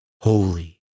holy